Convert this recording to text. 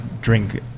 drink